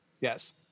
Yes